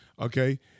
Okay